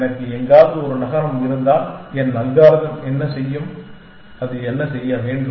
எனக்கு எங்காவது ஒரு நகரம் இருந்தால் என் அல்காரிதம் என்ன செய்யும் அது என்ன செய்ய வேண்டும்